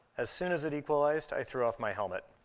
as soon as it equalized, i threw off my helmet.